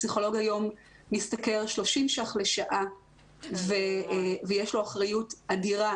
פסיכולוג היום משתכר 30 ש"ח לשעה ויש לו אחריות אדירה